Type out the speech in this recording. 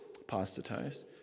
apostatized